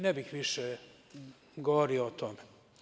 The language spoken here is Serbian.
Ne bih više govorio o tome.